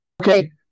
Okay